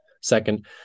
second